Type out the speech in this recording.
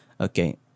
Okay